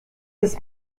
ist